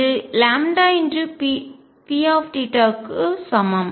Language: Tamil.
இது Pθக்கு சமம்